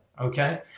okay